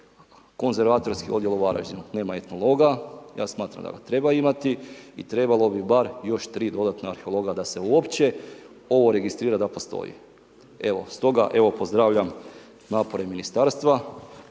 konzervatorski odjel u Varaždinu nema etnologa, ja smatram da ga treba imati i trebalo bi bar još tri dodatna arheologa da se uopće ovo registrira da postoji. Stoga evo pozdravljam napore ministarstva